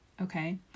okay